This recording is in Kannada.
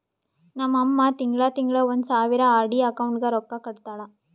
ನಮ್ ಅಮ್ಮಾ ತಿಂಗಳಾ ತಿಂಗಳಾ ಒಂದ್ ಸಾವಿರ ಆರ್.ಡಿ ಅಕೌಂಟ್ಗ್ ರೊಕ್ಕಾ ಕಟ್ಟತಾಳ